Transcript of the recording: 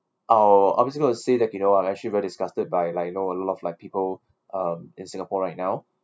I'll I basically going to say that you know I actually very disgusted by like you know a lot of like people um in singapore right now